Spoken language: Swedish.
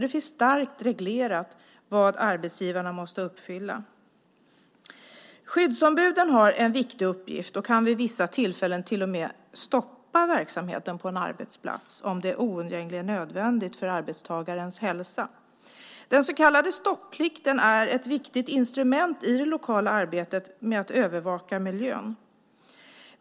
Det är starkt reglerat vad arbetsgivarna måste uppfylla. Skyddsombuden har en viktig uppgift och kan vid vissa tillfällen till och med stoppa verksamheten på en arbetsplats om det oundgängligen är nödvändigt för arbetstagarens hälsa. Den så kallade stopplikten är ett viktigt instrument i det lokala arbetet med att övervaka miljön.